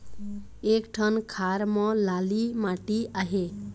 एक ठन खार म लाली माटी आहे?